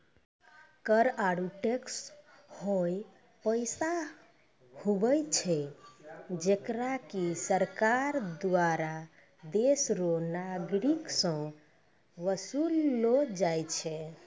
कर आरू टैक्स हौ पैसा हुवै छै जेकरा की सरकार दुआरा देस रो नागरिक सं बसूल लो जाय छै